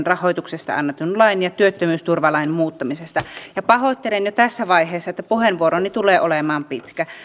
rahoituksesta annetun lain ja työttömyysturvalain muuttamisesta ja pahoittelen jo tässä vaiheessa että puheenvuoroni tulee olemaan pitkä